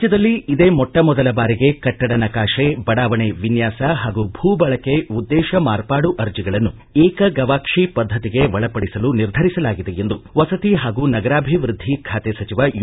ರಾಜ್ಯದಲ್ಲಿ ಇದೇ ಮೊಟ್ಟ ಮೊದಲ ಬಾರಿಗೆ ಕಟ್ಟಡ ನಕಾಶೆ ಬಡಾವಣೆ ವಿನ್ಯಾಸ ಹಾಗೂ ಭೂ ಬಳಕೆ ಉದ್ದೇಶ ಮಾರ್ಪಡು ಅರ್ಜಿಗಳನ್ನು ಏಕ ಗವಾಕ್ಷಿ ಪದ್ಧತಿಗೆ ಒಳಪಡಿಸಲು ನಿರ್ಧರಿಸಲಾಗಿದೆ ಎಂದು ವಸತಿ ಹಾಗೂ ನಗರಾಭಿವೃದ್ಧಿ ಖಾತೆ ಸಚಿವ ಯು